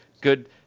Good